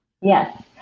Yes